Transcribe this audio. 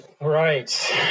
Right